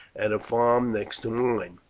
at a farm next to mine,